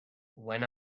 when